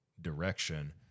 direction